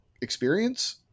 experience